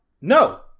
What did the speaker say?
No